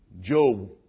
Job